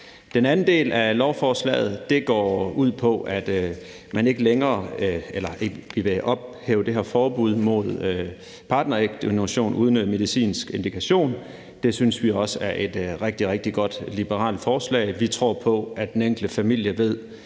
Den anden del af lovforslaget går ud på, at man ophæver det her forbud mod partnerægdonation uden medicinsk indikation. Det synes vi også er et rigtig, rigtig godt liberalt forslag. Vi tror på, at den enkelte familie ved